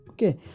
okay